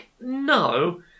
no